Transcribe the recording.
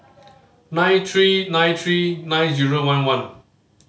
nine three nine three nine zero one one